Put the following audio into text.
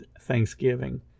Thanksgiving